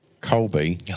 Colby